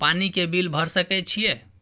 पानी के बिल भर सके छियै?